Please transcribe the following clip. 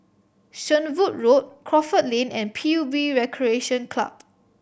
Shenvood Road Crawford Lane and P U B Recreation Club